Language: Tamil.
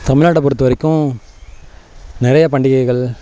தமிழ்நாட்டை பொறுத்த வரைக்கும் நிறையா பண்டிகைகள்